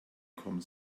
kommen